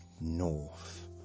North